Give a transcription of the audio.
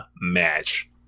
match